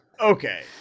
Okay